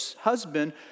husband